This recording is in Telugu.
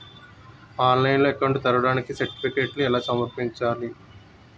ఆన్లైన్లో అకౌంట్ ని తెరవడానికి సర్టిఫికెట్లను ఎలా సమర్పించాలి?